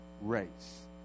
race